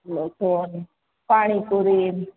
લોચો પાણી પૂરીન